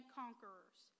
conquerors